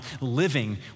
living